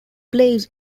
plays